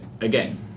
again